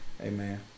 Amen